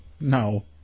No